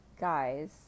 Guys